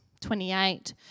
28